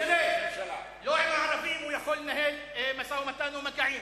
לא עם הערבים הוא יכול לנהל משא-ומתן ומגעים.